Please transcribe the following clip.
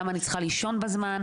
למה אני צריכה לישון בזמן,